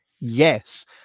yes